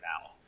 now